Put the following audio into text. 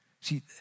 See